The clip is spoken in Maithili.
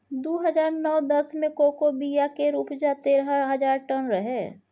दु हजार नौ दस मे कोको बिया केर उपजा तेरह हजार टन रहै